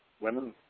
Women